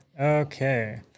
Okay